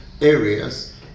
areas